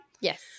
Yes